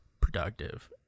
productive